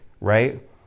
right